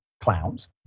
clowns